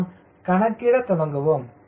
நாம் கணக்கிட தொடங்குவோம்